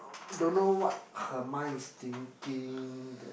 don't know what her mind is thinking then